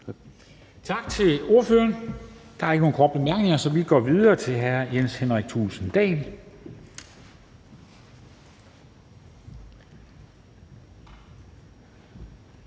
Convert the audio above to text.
Tak til ordføreren. Der er ikke nogen korte bemærkninger, så vi går videre til hr. Jens Henrik Thulesen Dahl,